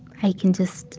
i can just